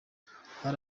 hari